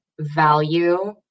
value